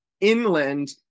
inland